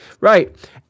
right